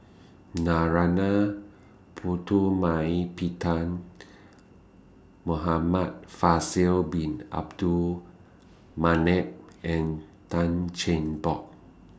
Narana Putumaippittan Muhamad Faisal Bin Abdul Manap and Tan Cheng Bock